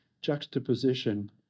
juxtaposition